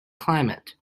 climate